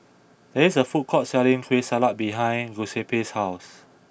there is a food court selling Kueh Salat behind Giuseppe's house